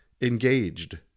engaged